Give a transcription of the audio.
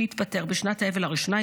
שהתפטר בשנת האבל הראשונה,